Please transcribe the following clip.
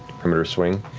perimeter swing.